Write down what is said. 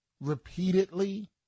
repeatedly